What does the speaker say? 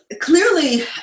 clearly